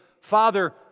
Father